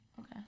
Okay